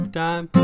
time